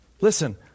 Listen